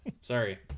Sorry